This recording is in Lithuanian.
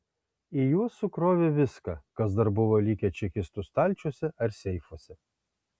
į juos sukrovė viską kas dar buvo likę čekistų stalčiuose ar seifuose